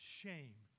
shame